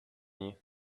you